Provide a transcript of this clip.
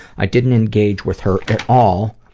i didn't engage with her at all,